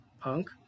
punk